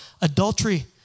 adultery